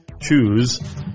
Choose